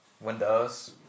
windows